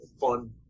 fun